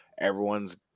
Everyone's